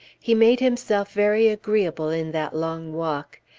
he made himself very agreeable in that long walk.